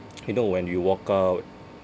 you know when you walk out